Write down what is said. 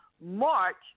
march